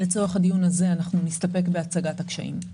לצורך הדיון הזה נסתפק בהצגת הקשיים.